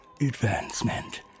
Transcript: advancement